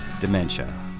dementia